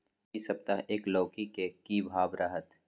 इ सप्ताह एक लौकी के की भाव रहत?